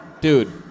Dude